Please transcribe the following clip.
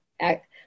act